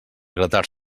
gratar